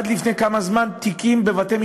עד לפני זמן מה בבתי-משפט,